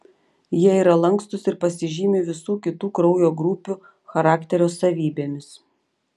jie yra lankstūs ir pasižymi visų kitų kraujo grupių charakterio savybėmis